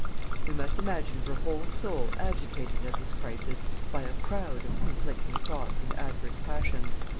we must imagine her whole soul agitated at this crisis by a crowd of conflicting thoughts and adverse passions.